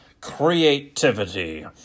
creativity